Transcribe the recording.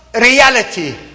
reality